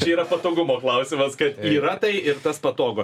čia yra patogumo klausimas kad yra tai ir tas patogu